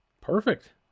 Perfect